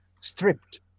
stripped